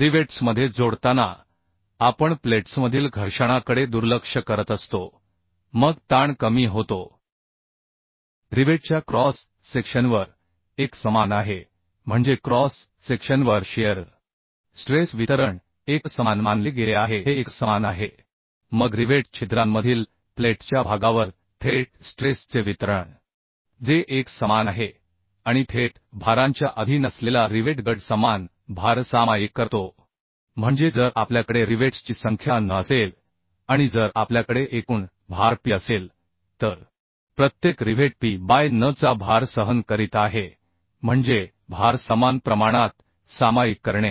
रिवेट्समध्ये जोडताना आपण प्लेट्समधील घर्षणाकडे दुर्लक्ष करत असतो मग ताण कमी होतो रिवेटच्या क्रॉस सेक्शनवर एकसमान आहे म्हणजे क्रॉस सेक्शनवर शिअर स्ट्रेस वितरण एकसमान मानले गेले आहे हे एकसमान आहे मग रिवेट छिद्रांमधील प्लेट्सच्या भागावर थेट स्ट्रेस चे वितरण जे एकसमान आहे आणि थेट भारांच्या अधीन असलेला रिवेट गट समान भार सामायिक करतो म्हणजे जर आपल्याकडे रिवेट्सची संख्या n असेल आणि जर आपल्याकडे एकूण भार p असेल तर प्रत्येक रिव्हेट p बाय n चा भार सहन करीत आहे म्हणजे भार समान प्रमाणात सामायिक करणे